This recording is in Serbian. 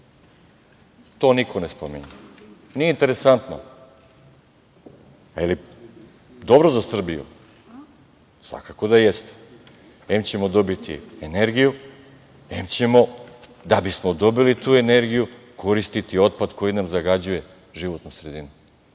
To niko ne spominje, nije interesantno. Da li je dobro za Srbiju? Svakako da jeste. Em ćemo dobiti energiju, em ćemo, da bi smo dobili tu energiju, koristiti otpad koji nam zagađuje životnu sredinu. To